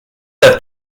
der